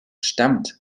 stammt